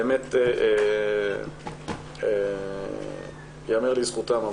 באמת ייאמר לזכותם,